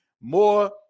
more